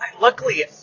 Luckily